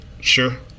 Sure